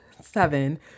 seven